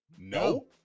No